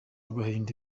agahinda